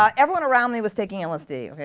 um everyone around me was taking lsd.